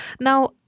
Now